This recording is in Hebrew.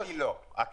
היא לא משכנעת.